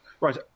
Right